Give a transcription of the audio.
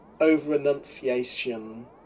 over-enunciation